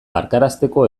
barkarazteko